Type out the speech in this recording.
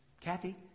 Kathy